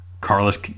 Carlos